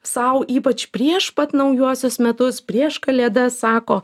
sau ypač prieš pat naujuosius metus prieš kalėdas sako